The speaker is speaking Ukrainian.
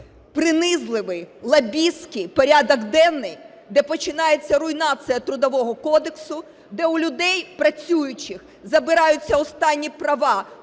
Принизливий, лобістський порядок денний, де починається руйнація Трудового кодексу, де у людей працюючих забираються останні права